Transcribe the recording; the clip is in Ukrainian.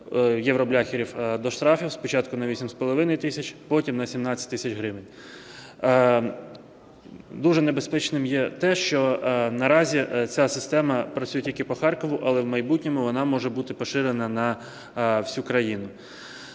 "євробляхерів" до штрафів спочатку на 8,5 тисяч, потім на 17 тисяч гривень. Дуже небезпечним є те, що наразі ця система працює тільки по Харкову, але в майбутньому вона може бути поширена на всю країну.